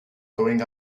going